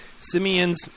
Simeon's